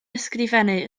ysgrifennu